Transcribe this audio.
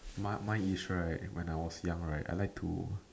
mine mine is right when I was young right I like to